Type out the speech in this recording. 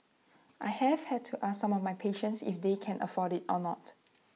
I have had to ask some of my patients if they can afford IT or not